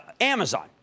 Amazon